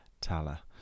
Tala